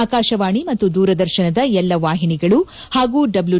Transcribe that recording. ಆಕಾಶವಾಣಿ ಮತ್ತು ದೂರದರ್ಶನದ ಎಲ್ಲ ವಾಹಿನಿಗಳು ಹಾಗೂ ತಿತಿತಿ